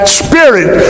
spirit